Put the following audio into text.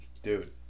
Dude